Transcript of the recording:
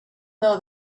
know